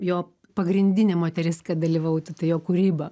jo pagrindinė moteris kad dalyvautų tai jo kūryba